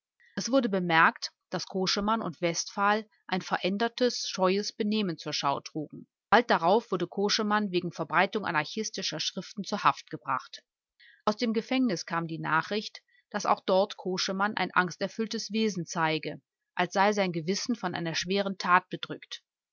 es wurde bemerkt daß koschemann und westphal ein verändertes scheues benehmen zur schau trugen bald darauf wurde koschemann wegen verbreitung anarchistischer schriften zur haft gebracht aus dem gefängnis kam die nachricht daß auch dort koschemann ein angsterfülltes wesen zeige als sei sein gewissen von einer schweren tat bedrückt